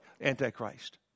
Antichrist